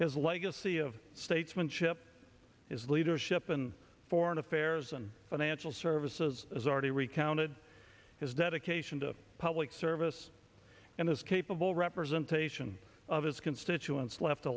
his legacy of statesmanship his leadership in foreign affairs and financial services has already recounted his dedication to public service and his capable representation of his constituents left a